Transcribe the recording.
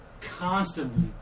constantly